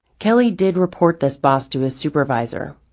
kelly did report this boss to his supervisor,